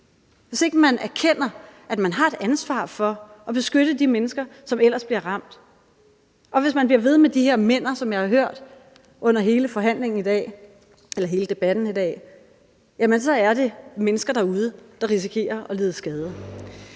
hvis ikke man erkender, at man har et ansvar for at beskytte de mennesker, som ellers bliver ramt; og hvis man bliver ved med de her men'er, som jeg har hørt under hele debatten i dag, så er der mennesker derude, der risikerer at lide skade.